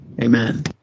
amen